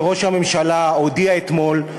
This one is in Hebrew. שראש הממשלה הודיע אתמול,